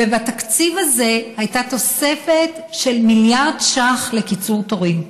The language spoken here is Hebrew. ובתקציב הזה הייתה תוספת של מיליארד ש"ח לקיצור תורים,